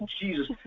Jesus